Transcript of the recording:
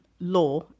law